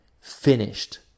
finished